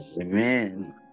Amen